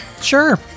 Sure